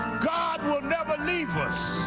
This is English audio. god will never leave us,